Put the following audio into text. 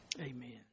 Amen